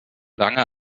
lange